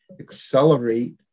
accelerate